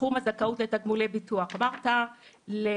סכום הזכאות לתגמולי ביטוח אמרת שלמוות